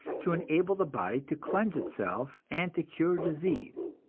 to enable the body to cleanse itself and to cure disease.